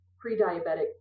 pre-diabetic